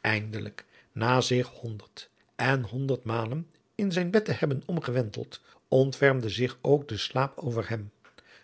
eindelijk na zich honderd en honderd malen in zijn bed te hebben omgewenteld ontfermde zich ook de adriaan loosjes pzn het leven van hillegonda buisman slaap over hem